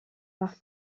par